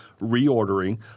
reordering